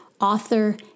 author